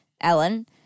Ellen—